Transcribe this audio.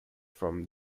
from